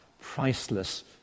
priceless